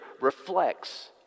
reflects